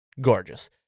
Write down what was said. gorgeous